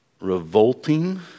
revolting